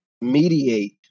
mediate